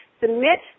submit